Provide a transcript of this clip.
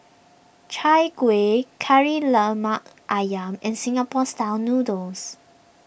Chai Kueh Kari Lemak Ayam and Singapore Style Noodles